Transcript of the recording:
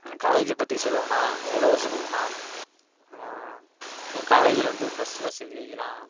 என் காலேஜை பற்றி சொல்லணுனா எவ்வளவோ சொல்லாம் என் காலேஜில் வந்து பஸ் வசதிலாம்